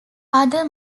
other